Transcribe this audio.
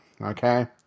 Okay